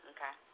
Okay